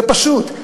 זה פשוט.